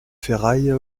ferrailles